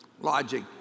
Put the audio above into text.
logic